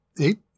eight